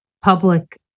public